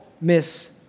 miss